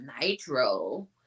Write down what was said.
Nitro